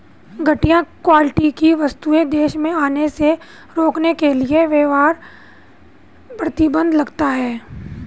घटिया क्वालिटी की वस्तुएं देश में आने से रोकने के लिए व्यापार प्रतिबंध लगता है